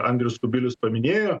andrius kubilius paminėjo